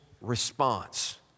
response